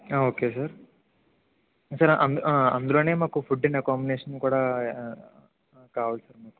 okay sir sir అందులోనే మాకు food and accommodation కూడా కావాలి సార్